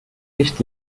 nicht